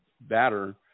batter